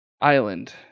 Island